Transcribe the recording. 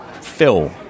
Phil